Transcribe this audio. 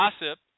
Gossip